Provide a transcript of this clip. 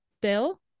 bill